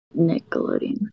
Nickelodeon